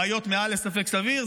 ראיות מעל לספק סביר,